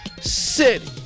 city